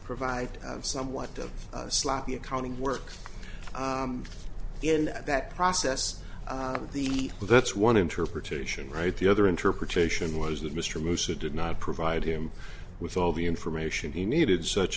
provide of somewhat of sloppy accounting work in that process the well that's one interpretation right the other interpretation was that mr mercer did not provide him with all the information he needed such